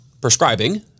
prescribing